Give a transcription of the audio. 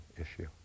issue